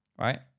Right